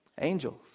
Angels